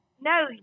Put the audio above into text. No